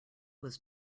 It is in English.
was